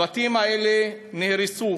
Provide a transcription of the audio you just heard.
הבתים האלה נהרסו,